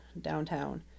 downtown